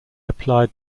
applied